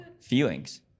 feelings